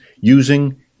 using